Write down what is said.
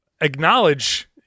acknowledge